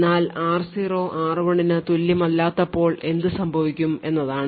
എന്നാൽ r0 r1 ന് തുല്യമല്ലാത്തപ്പോൾ എന്ത് സംഭവിക്കും എന്നതാണ്